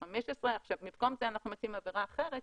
15. במקום זה אנחנו מציעים עבירה אחרת